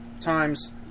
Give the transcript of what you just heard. times